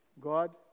God